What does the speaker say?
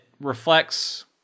reflects